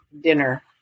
dinner